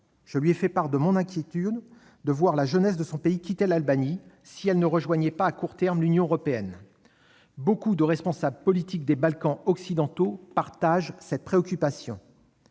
Je lui ai fait part de ma crainte que la jeunesse de son pays ne quitte l'Albanie, au cas où celle-ci ne rejoindrait pas à court terme l'Union européenne. Beaucoup de responsables politiques des Balkans occidentaux partagent cette préoccupation.